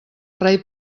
rei